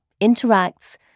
interacts